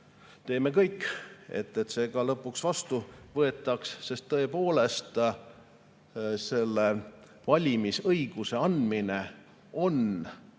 teeme kõik, et see ka lõpuks vastu võetakse. Tõepoolest, valimisõiguse andmine on